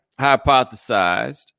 hypothesized